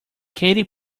katy